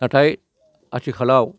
नाथाय आथिखालाव